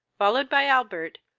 followed by albert,